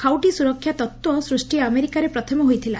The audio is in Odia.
ଖାଉଟି ସ୍ବରକ୍ଷା ତତ୍ତ ସୃଷ୍ଷି ଆମେରିକାରେ ପ୍ରଥମେ ହୋଇଥିଲା